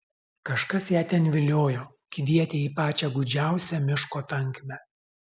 kažkas ją ten viliojo kvietė į pačią gūdžiausią miško tankmę